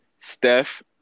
Steph